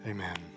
Amen